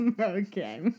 Okay